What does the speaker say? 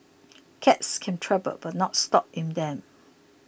cabs can travel but not stop in them